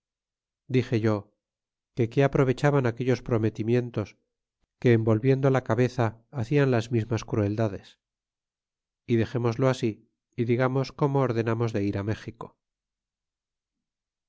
dixe yo j que qué aprovechaban aquellos prometimientos que en volviendo la cabez hacian las mismas crueldades y dexemoslo ast y digamos como ordenamos de ir méxico